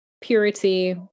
Purity